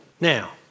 Now